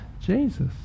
Jesus